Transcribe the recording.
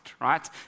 right